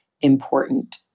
important